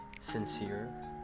sincere